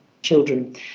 children